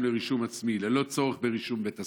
לרישום עצמי ללא צורך ברישום בית הספר?